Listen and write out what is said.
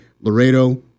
Laredo